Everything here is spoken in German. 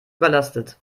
überlastet